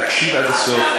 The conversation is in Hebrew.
תקשיב עד הסוף.